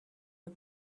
the